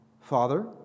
Father